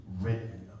written